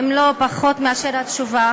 לא פחות מאשר התשובה.